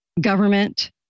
government